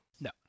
No